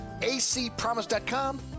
acpromise.com